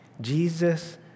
Jesus